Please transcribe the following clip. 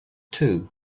too